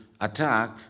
attack